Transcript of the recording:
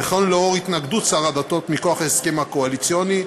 וכן לאור התנגדות השר לשירותי דת,